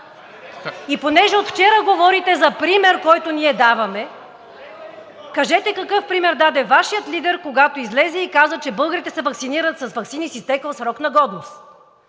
И понеже от вчера говорите за пример, който ние даваме, кажете какъв пример даде Вашият лидер, когато излезе и каза, че българите се ваксинират с ваксини с изтекъл срок на годност?!